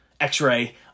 x-ray